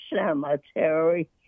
cemetery